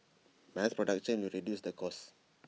mass production will reduce the cost